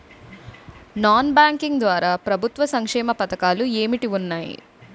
Non banking ద్వారా ప్రభుత్వ సంక్షేమ పథకాలు ఏంటి ఉన్నాయి?